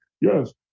yes